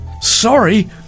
Sorry